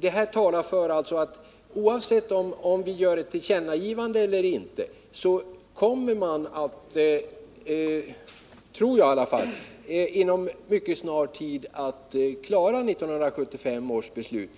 Det här talar alltså för att oavsett om vi gör ett tillkännagivande eller inte, så kommer man — det tror jag i alla fall — att inom en mycket snar framtid klara genomförandet av 1975 års beslut.